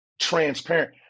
transparent